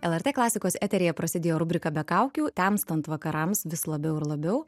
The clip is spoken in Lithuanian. lrt klasikos eteryje prasidėjo rubrika be kaukių temstant vakarams vis labiau ir labiau